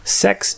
sex